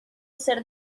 ser